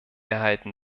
erhalten